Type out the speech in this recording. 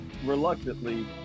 reluctantly